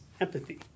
empathy